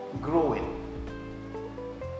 growing